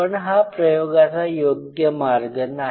पण हा प्रयोगाचा योग्य मार्ग नाही